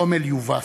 רומל יובס,